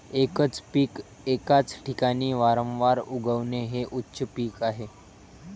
एकच पीक एकाच ठिकाणी वारंवार उगवणे हे उच्च पीक आहे